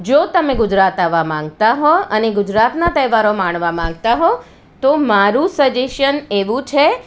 જો તમે ગુજરાત આવવા માગતા હો અને ગુજરાતના તહેવારો માણવા માગતા હો તો મારું સજેસન એવું છે